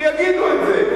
שיגידו את זה.